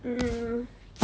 hmm